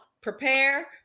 prepare